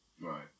Right